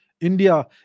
India